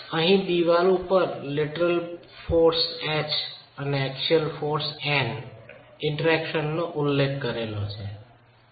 અહી ચણતરની દિવાલ ઉપર લેટરલ બળ H અને એક્સિયલ બળ N ઈન્ટરેકશન નો ઉલ્લેખ કરેલો છે